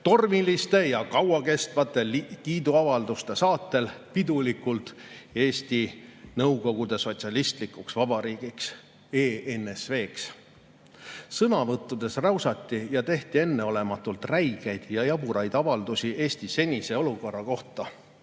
tormiliste ja kauakestvate kiiduavalduste saatel pidulikult Eesti Nõukogude Sotsialistlikuks Vabariigiks – ENSV‑ks. Sõnavõttudes räusati ja tehti enneolematult räigeid ja jaburaid avaldusi Eesti senise olukorra kohta.